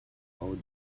owe